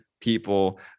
people